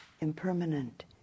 impermanent